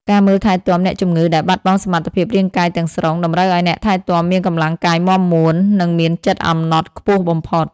ការមើលថែទាំអ្នកជំងឺដែលបាត់បង់សមត្ថភាពរាងកាយទាំងស្រុង តម្រូវឱ្យអ្នកថែទាំមានកម្លាំងកាយមាំមួន និងមានចិត្តអំណត់ខ្ពស់បំផុត។